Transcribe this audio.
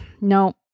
no